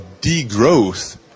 degrowth